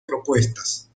propuestas